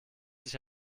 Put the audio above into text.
sich